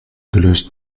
gelöst